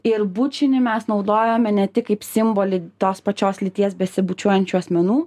ir bučinį mes naudojome ne tik kaip simbolį tos pačios lyties besibučiuojančių asmenų